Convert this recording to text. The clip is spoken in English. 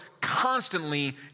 constantly